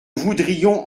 voudrions